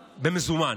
במזומן.